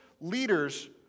leaders